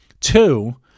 Two